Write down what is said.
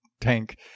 tank